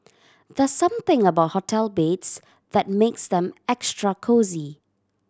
there's something about hotel beds that makes them extra cosy